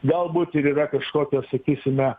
galbūt ir yra kažkokio sakysime